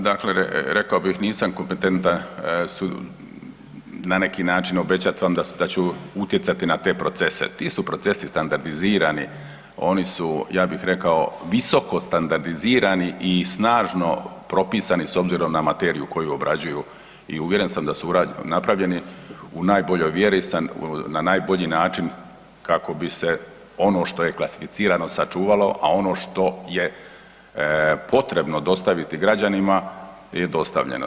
Nisam dakle rekao bih, nisam kompetentan na neki način obećati a onda sutra utjecati na te procese, ti su procesi standardizirani, oni su ja bih rekao, visoko standardizirani i snažno propisani s obzirom na materiju koju obrađuju i uvjeren sam da su ... napravljeni u najboljoj vjeri, na najbolji način kako bi se ono što je klasificirano, sačuvalo a ono što je potrebno dostaviti građanima je dostavljeno.